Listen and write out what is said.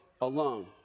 alone